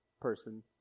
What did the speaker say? person